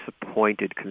disappointed